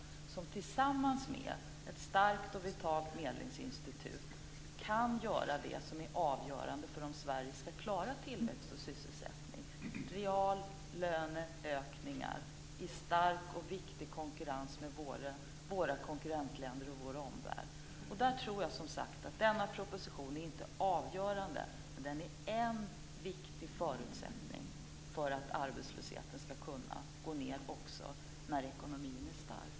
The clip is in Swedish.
Det kan tillsammans med ett starkt och vitalt medlingsinstitut göra det som är avgörande för om Sverige ska klara tillväxt och sysselsättning och få reallöneökningar i stark och viktig konkurrens med våra konkurrentländer och vår omvärld. Där tror jag att denna proposition inte är avgörande. Det är en viktig förutsättning för att arbetslösheten ska kunna gå ned också när ekonomin är stark.